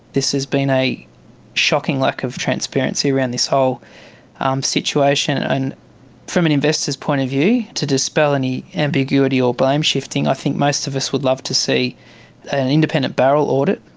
this has been a shocking lack of transparency around this whole um situation, and from an investor's point of view, to dispel any ambiguity or blame shifting, i think most of us would love to see an independent barrel audit.